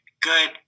good